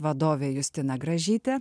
vadovė justina gražytė